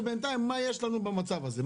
מה יהיה לנו בינתיים במצב הזה?